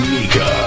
Mika